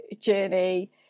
journey